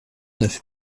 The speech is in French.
neuf